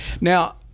Now